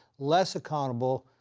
less accountable,